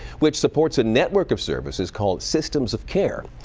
which supports a network of services called systems of care.